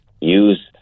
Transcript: use